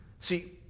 See